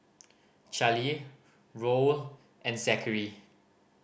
Charlie Roll and Zachary